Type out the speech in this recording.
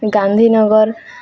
Gandhinagar